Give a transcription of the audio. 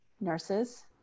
nurses